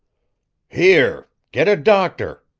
here! get a doctor!